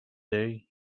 day